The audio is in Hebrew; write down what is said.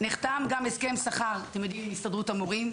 נחתם גם הסכם שכר עם הסתדרות המורים,